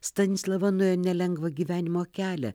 stanislava nuėjo nelengvą gyvenimo kelią